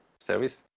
service